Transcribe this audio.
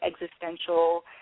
existential